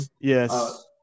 Yes